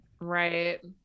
Right